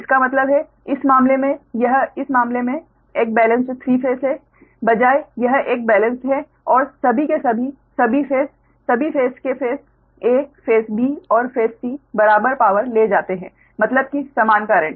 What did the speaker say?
इसका मतलब है इस मामले में यह इस मामले में एक बेलेंस्ड 3 फेस है बजाय यह एक बेलेंस्ड है और सभी के सभी सभी फेस सभी फेस के फेस a फेस b और फेस c बराबर पावर ले जाते है मतलब कि समान करेंट